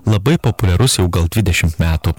labai populiarus jau gal dvidešimt metų